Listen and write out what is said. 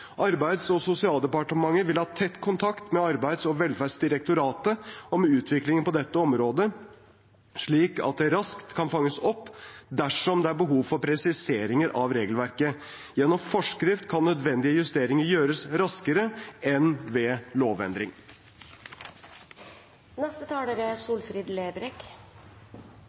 Arbeids- og sosialdepartementet vil ha tett kontakt med Arbeids- og velferdsdirektoratet om utviklingen på dette området, slik at det raskt kan fanges opp dersom det er behov for presiseringer av regelverket. Gjennom forskrift kan nødvendige justeringer gjøres raskere enn ved